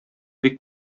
бик